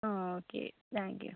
ആ okay thank U